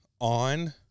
on